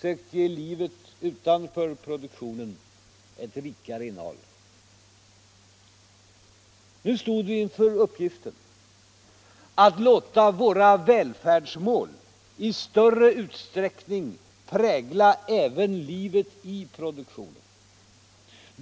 sökt ge livet utanför produktionen ett rikare innehåll. Nu stod vi inför uppgiften att låta våra välfärdsmål i större utsträckning prägla även livet i produktionen.